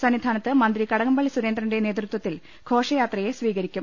സന്നിധാനത്ത് മന്ത്രി കടകംപള്ളി സുരേന്ദ്രന്റെ നേതൃത്വത്തിൽ ഘോഷയാത്രയെ സ്വീകരിക്കും